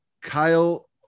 Kyle